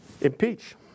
impeach